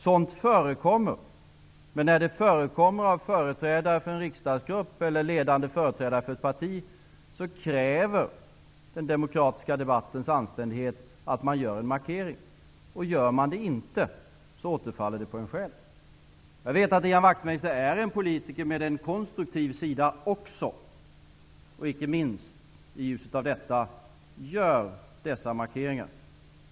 Sådant förekommer, men när det förekommer av företrädare för en riksdagsgrupp eller ledande företrädare för ett parti kräver den demokratiska debattens anständighet att man gör en markering. Om man inte gör det återfaller det på en själv. Jag vet att Ian Wachtmeister är en politiker med en konstruktiv sida också. Inte minst i ljuset av detta tycker jag att han skall göra dessa markeringar.